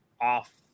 off